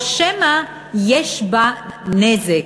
או שמא יש בה נזק?